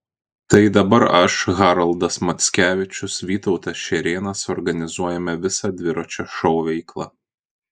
tai dabar aš haroldas mackevičius vytautas šerėnas organizuojame visą dviračio šou veiklą